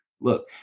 Look